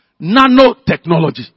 nanotechnology